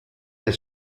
del